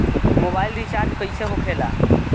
Mobile recharge कैसे होखे ला?